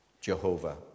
Jehovah